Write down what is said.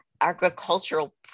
Agricultural